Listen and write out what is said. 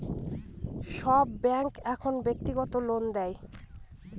সব ব্যাঙ্কই এখন ব্যক্তিগত লোন দেয়